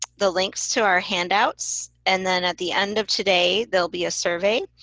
the links to our handouts. and then, at the end of today, there'll be a survey.